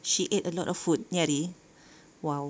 she ate a lot of food ni hari !wow!